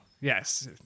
Yes